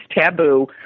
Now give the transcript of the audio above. taboo